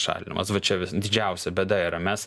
šalinimas va čia didžiausia bėda yra mes